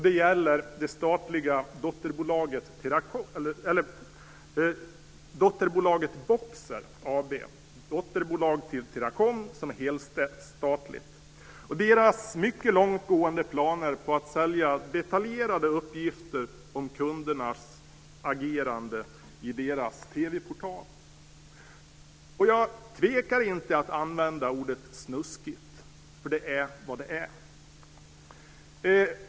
Det gäller bolaget Boxer AB, dotterbolag till Teracom som är helstatligt, och dess mycket långtgående planer på att sälja detaljerade uppgifter om kundernas agerande i deras TV-portal. Jag tvekar inte att använda ordet snuskigt, för det är vad det är.